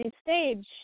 stage